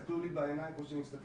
אתם לא מתביישים?